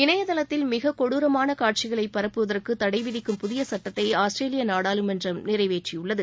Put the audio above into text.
இணையதளத்தில் மிகக் கொடுரமான காட்சிகளை பரப்புவதற்கு தடை விதிக்கும் புதிய சுட்டத்தை ஆஸ்திரேலிய நாடாளுமன்றம் நிறைவேற்றியுள்ளது